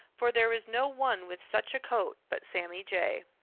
for there is no one with such a coat but sammy jay.